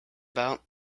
about